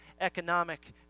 economic